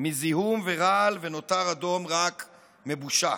מזיהום ורעל ונותר אדום רק מבושה.